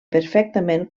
perfectament